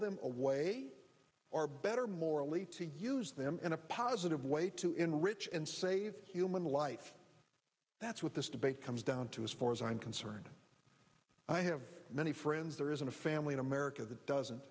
them away our better morally to use them in a positive way to enrich and save human life that's what this debate comes down to as far as i'm concerned i have many friends there isn't a family in america that doesn't